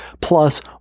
plus